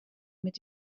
mit